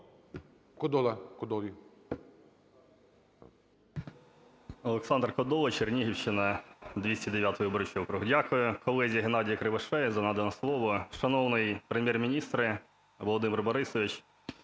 О.М. Олександр Кодола, Чернігівщина, 209 виборчий округ. Дякую колезі Геннадію Кривошеї за надане слово. Шановний Прем'єр-міністре Володимир Борисович!